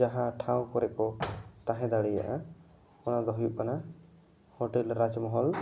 ᱡᱟᱦᱟᱸ ᱴᱷᱟᱶ ᱠᱚᱨᱮ ᱠᱚ ᱛᱟᱦᱮᱸ ᱫᱟᱲᱮᱭᱟᱜᱼᱟ ᱚᱱᱟ ᱫᱚ ᱦᱩᱭᱩᱜ ᱠᱟᱱᱟ ᱦᱚᱴᱮᱞ ᱨᱟᱡᱽᱢᱚᱦᱚᱞ